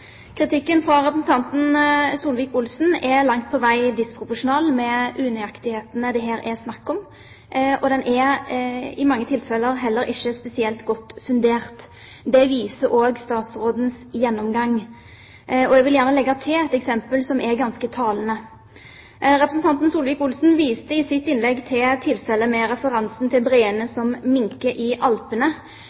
Kritikken fra representanten Solvik-Olsen er langt på vei disproporsjonal med unøyaktighetene det her er snakk om, og den er i mange tilfeller heller ikke spesielt godt fundert. Det viser også statsrådens gjennomgang. Jeg vil gjerne legge til et eksempel som er ganske talende. Representanten Solvik-Olsen viste i sitt innlegg til tilfeller med referanse til breene som minker i Alpene,